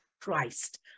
Christ